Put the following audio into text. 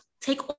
take